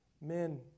Men